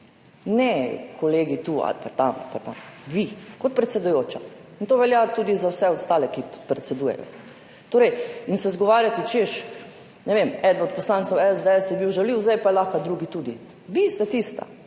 ne kolegi tu ali pa tam pa tam, vi kot predsedujoča. To velja tudi za vse ostale, ki predsedujejo. In se izgovarjati, češ, ne vem, eden od poslancev SDS je bil žaljiv, zdaj je pa lahko drugi tudi – vi se tisti.